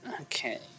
Okay